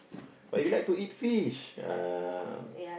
but you like to eat fish uh